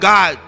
God